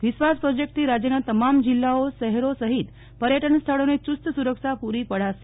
વિશ્વાસ પ્રોજેક્ટથી રાજયના તમામ જિલ્લાઓશહે રો સહિત પર્યટન સ્થળોને યુસ્ત સુ રક્ષા પુ રી પ્રાશે